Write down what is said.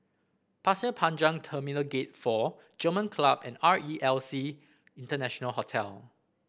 Pasir Panjang Terminal Gate Four German Club and R E L C International Hotel